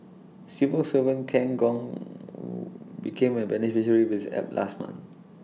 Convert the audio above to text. civil servant Ken Gong became A beneficiary with app last month